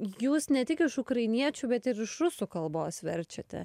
jūs ne tik iš ukrainiečių bet ir iš rusų kalbos verčiate